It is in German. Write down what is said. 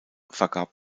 vergab